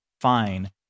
fine